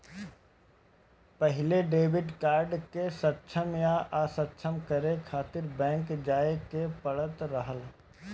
पहिले debit card के सक्षम या असक्षम करे खातिर बैंक जाए के पड़त रहल